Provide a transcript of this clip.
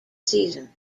season